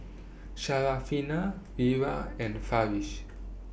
Wira and Farish